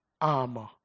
armor